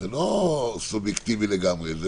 זה לא סובייקטיבי לגמרי.